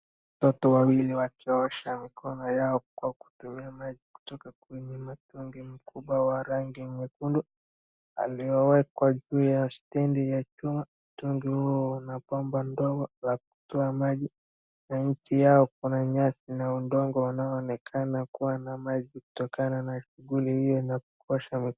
Watoto wawili wakiiosha mikono yao kwa kutoa maji kutoka kwenye mtungi mkubwa wa rangi ya nyekundu, uliowekwa juu ya stendi ya chuma. Mtungi huo una bomba ndogo la kutoa maji na nchi yao kuna nyasi na udongo unaonekana kuwa na maji kutokana na shughuli hiyo ya kuosha.